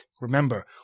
Remember